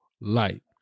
light